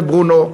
וברונו,